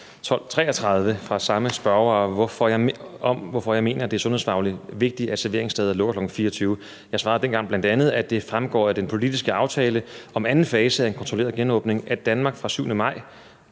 1233 fra samme spørger om, hvorfor jeg mener, det er sundhedsfagligt vigtigt, at serveringssteder lukker kl. 24.00. Dengang svarede jeg bl.a., at det fremgår af den politiske aftale om anden fase af en kontrolleret genåbning af Danmark fra 7. maj,